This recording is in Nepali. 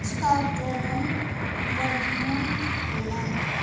स्थान्तरण गर्नुहोला